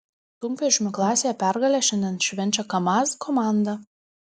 sunkvežimių klasėje pergalę šiandien švenčia kamaz komanda